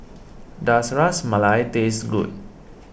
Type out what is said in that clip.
does Ras Malai taste good